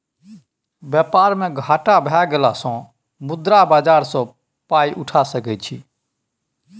बेपार मे घाटा भए गेलासँ मुद्रा बाजार सँ पाय उठा सकय छी